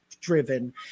driven